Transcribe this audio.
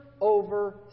over